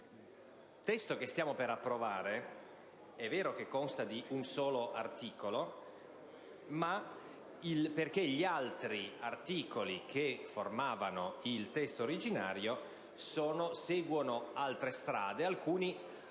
il testo che stiamo per approvare consta di un solo articolo, poiché gli altri articoli che formavano il testo originario seguono altre strade. Alcuni hanno